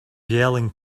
yelling